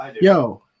Yo